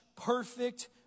perfect